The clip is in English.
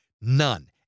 None